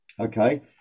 Okay